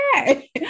okay